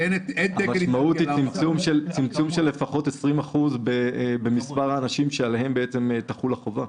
המשמעות היא צמצום של לפחות 20% במספר האנשים שעליהם תחול החובה.